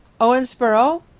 Owensboro